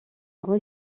اقا